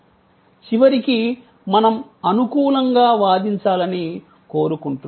చివరికి మనం అనుకూలంగా వాదించాలని కోరుకుంటున్నాము